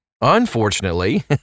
Unfortunately